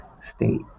State